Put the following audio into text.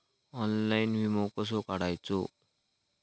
Online विमो कसो काढायचो?